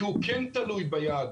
כי הוא כן תלוי ביעד,